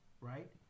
right